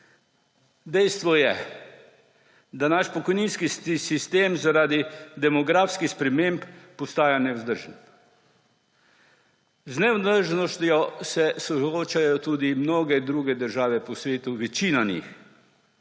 Dejstvo je, da naš pokojninski sistem zaradi demografskih sprememb postaja nevzdržen. Z nevzdržnostjo se soočajo tudi mnoge druge države po svetu, večina njih.